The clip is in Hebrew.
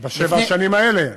זה בשנים האלה.